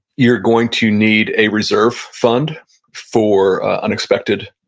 you're going to need a reserve fund for unexpected